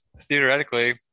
theoretically